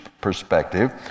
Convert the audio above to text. perspective